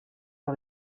pas